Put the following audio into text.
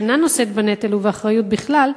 שאינה נושאת בנטל ובאחריות בכלל,